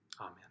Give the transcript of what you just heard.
Amen